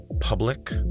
public